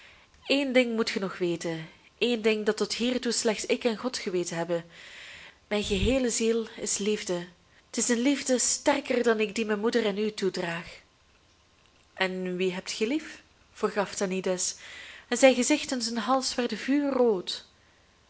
één ding moet ge nog weten één ding dat tot hiertoe slechts ik en god geweten hebben mijn geheele ziel is liefde t is een liefde sterker dan die ik mijn moeder en u toedraag en wie hebt ge lief vroeg aphtanides en zijn gezicht en zijn hals werden vuurrood